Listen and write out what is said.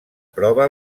prova